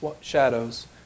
shadows